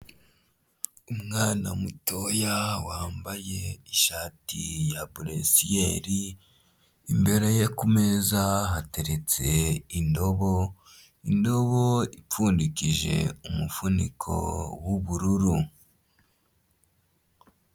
Umwana mutoya wambaye ishati ya buresiyeri. Imbere ye ku meza hateretse indobo, indobo ipfundikije umufuniko w'ubururu.